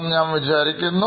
ന്ന്ഞാൻ വിചാരിക്കുന്നു